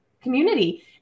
community